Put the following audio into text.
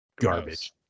Garbage